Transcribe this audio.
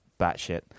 batshit